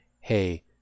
hey